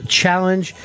challenge